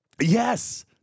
Yes